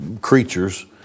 creatures